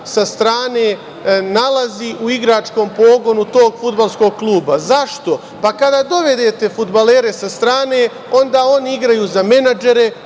sa strane nalazi u igračkom pogonu tog fudbalskog kluba. Zašto? Kada dovedete fudbalere sa strane, onda oni igraju za menadžere,